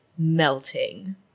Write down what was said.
melting